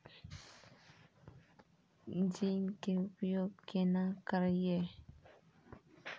Zinc के उपयोग केना करये?